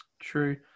True